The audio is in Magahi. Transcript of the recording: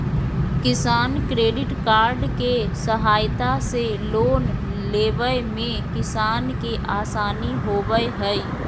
किसान क्रेडिट कार्ड के सहायता से लोन लेवय मे किसान के आसानी होबय हय